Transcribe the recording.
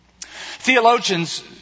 Theologians